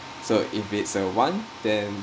so if it's a want then